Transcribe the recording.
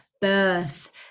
birth